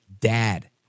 Dad